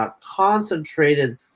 concentrated